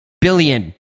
billion